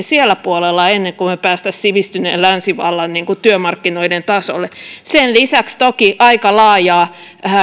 siellä puolella ennen kuin me pääsisimme sivistyneen länsivallan työmarkkinoiden tasolle sen lisäksi toki aika laajaa